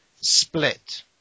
split